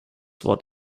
wort